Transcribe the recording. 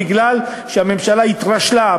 מפני שהממשלה התרשלה,